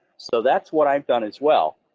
so that's what i've done as well.